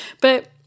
but-